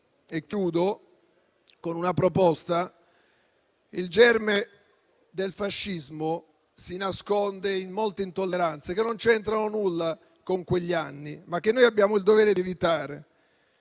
chiudo con una proposta - il germe del fascismo si nasconde in molte intolleranze che non c'entrano nulla con quegli anni, ma che noi abbiamo il dovere di evitare;